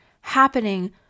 happening